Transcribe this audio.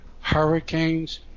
hurricanes